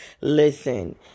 Listen